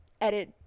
edit